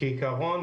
כעיקרון,